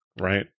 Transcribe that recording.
right